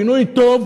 פינוי טוב,